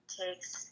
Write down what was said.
takes